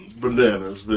bananas